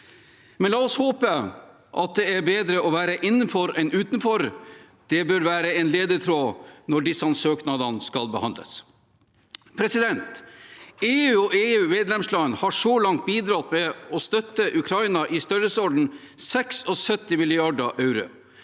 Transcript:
Men la oss håpe at det er bedre å være innenfor enn utenfor. Det bør være en ledetråd når disse søknadene skal behandles. EU og EUs medlemsland har så langt bidratt ved å støtte Ukraina i størrelsesorden 76 mrd. euro.